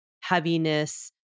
heaviness